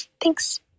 Thanks